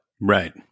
Right